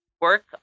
Work